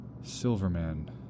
Silverman